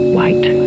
white